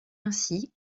ainsi